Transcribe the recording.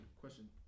question